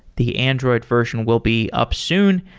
the android version will be up soon.